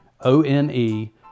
O-N-E